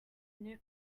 new